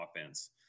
offense